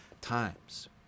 times